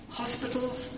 hospitals